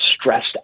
stressed